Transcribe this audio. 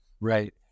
right